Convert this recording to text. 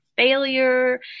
failure